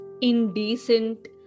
indecent